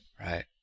right